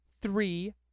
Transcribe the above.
three